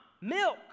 milk